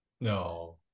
No